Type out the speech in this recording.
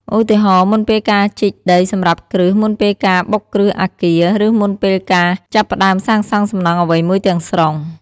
ឧទាហរណ៍ មុនពេលការជីកដីសម្រាប់គ្រឹះ មុនពេលការបុកគ្រឹះអាគារ ឬមុនពេលការចាប់ផ្តើមសាងសង់សំណង់អ្វីមួយទាំងស្រុង។